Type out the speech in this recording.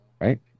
Right